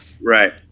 Right